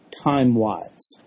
time-wise